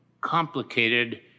complicated